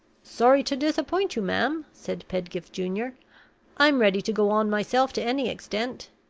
sorry to disappoint you, ma'am, said pedgift junior i'm ready to go on myself to any extent.